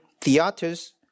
theaters